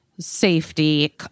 safety